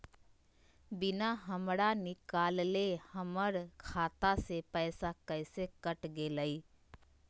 बिना हमरा निकालले, हमर खाता से पैसा कैसे कट गेलई?